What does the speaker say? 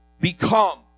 become